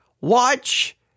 Watch